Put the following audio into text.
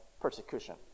persecution